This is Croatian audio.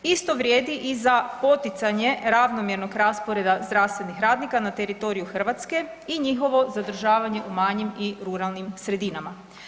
Isto vrijedi i za poticanje ravnomjernog rasporeda zdravstvenih radnika na teritoriju Hrvatske i njihovo zadržavanje u manjim i ruralnim sredinama.